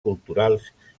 culturals